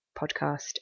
podcast